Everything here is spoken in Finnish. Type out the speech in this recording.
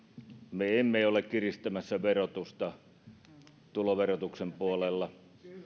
me emme ole kiristämässä verotusta tuloverotuksen puolella